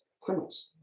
criminals